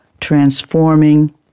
transforming